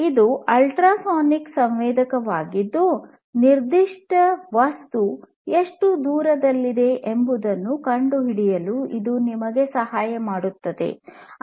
ಇದು ಅಲ್ಟ್ರಾಸಾನಿಕ್ ಸಂವೇದಕವಾಗಿದ್ದು ನಿರ್ದಿಷ್ಟ ವಸ್ತು ಎಷ್ಟು ದೂರದಲ್ಲಿದೆ ಎಂಬುದನ್ನು ಕಂಡುಹಿಡಿಯಲು ಇದು ನಿಮಗೆ ಸಹಾಯ ಮಾಡುತ್ತದೆ